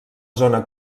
zona